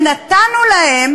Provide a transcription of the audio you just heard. שנתנו להם